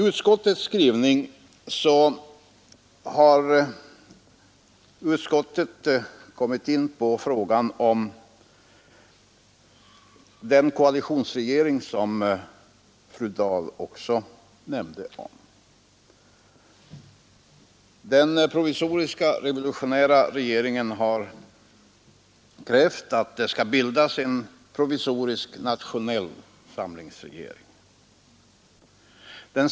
Utskottet har i sin skrivning kommit in på frågan om den koalitionsregering som fru Dahl också omnämnde. Den provisoriska revolutionära regeringen har krävt att det skall bildas en provisorisk nationell samlingsregering.